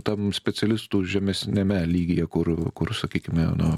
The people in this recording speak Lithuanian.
tam specialistų žemesniame lygyje kur kur sakykime na